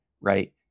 right